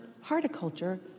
horticulture